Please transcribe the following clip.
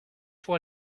pour